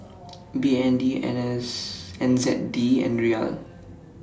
B N D N S N Z D and Riyal